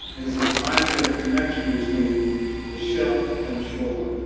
is this idea, the connection between the shelf and the shoreline.